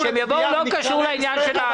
כשהם יבואו זה לא קשור להצבעה.